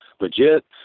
legit